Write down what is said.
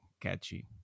catchy